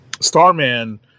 Starman